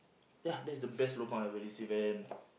ya that's the best lobang I ever received and